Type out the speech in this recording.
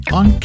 on